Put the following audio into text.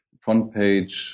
front-page